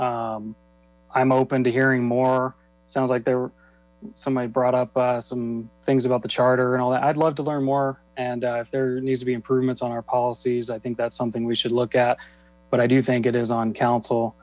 right i'm open to hearing more sounds like there were somebody brought up some things about the charter and all that i'd love to learn more and there needs to be improvements on our policies i think that's something we should look at but i do think it is on coun